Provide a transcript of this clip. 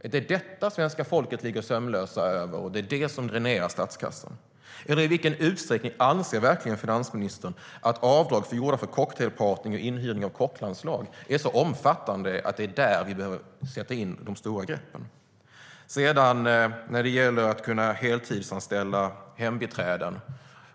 Är det detta som svenska folket ligger sömnlöst över, och är det detta som dränerar statskassan? I vilken utsträckning anser finansministern att avdrag gjorda för cocktailpartyn och inhyrning av kocklandslag är så omfattande att det är där vi behöver sätta in de stora greppen? Sedan gäller det detta med att kunna heltidsanställa hembiträden.